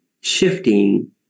shifting